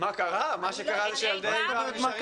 מה שקרה זה שילדי ה'-ו' נשארים בבית.